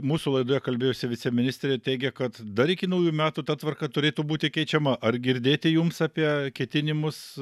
mūsų laidoje kalbėjusi viceministrė teigė kad dar iki naujų metų ta tvarka turėtų būti keičiama ar girdėti jums apie ketinimus